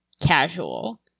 casual